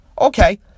Okay